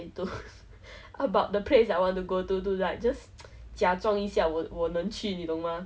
I guess it wasn't really like err a option but just like oh okay loh back out loh